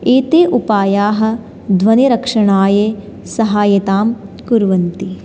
एते उपायाः ध्वनिरक्षणायै सहायतां कुर्वन्ति